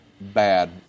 bad